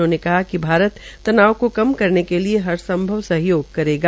उन्होंने कहा कि भारत तनाव को कम करने के लिए हर संभव सहयोग करेगा